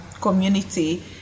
community